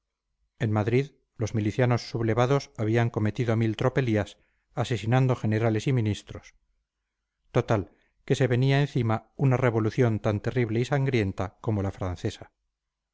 en madrid los milicianos sublevados habían cometido mil tropelías asesinando generales y ministros total que se venía encima una revolución tan terrible y sangrienta como la francesa